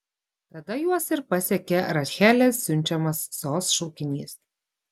tada juos ir pasiekė rachelės siunčiamas sos šaukinys